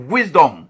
Wisdom